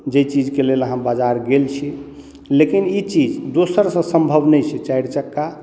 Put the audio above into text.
जे चीज के लेल अहाँ बाजार गेल छी लेकिन ई चीज दोसर सॅं संभव नहि छै चारि चक्का